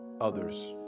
others